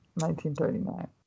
1939